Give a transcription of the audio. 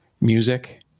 music